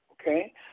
Okay